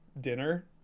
dinner